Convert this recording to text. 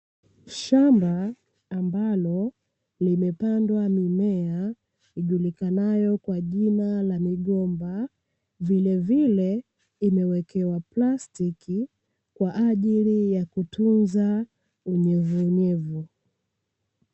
Shamba ambalo limepandwa mimea ijulikanayo kwa jina la migomba vilevile imewekewa plastiki kwa ajili ya kutunza unyevu unyevu.